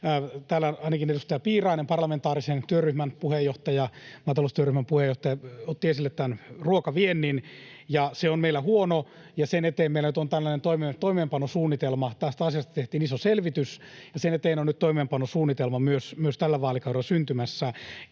Täällä ainakin edustaja Piirainen, parlamentaarisen työryhmän puheenjohtaja, maata-loustyöryhmän puheenjohtaja, otti esille tämän ruokaviennin, ja se on meillä huono, ja sen eteen meillä nyt on tällainen toimeenpanosuunnitelma. Tästä asiasta tehtiin iso selvitys, ja sen eteen on nyt myös toimeenpanosuunnitelma tällä vaalikaudella syntymässä.